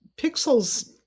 pixels